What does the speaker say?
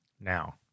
Now